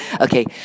okay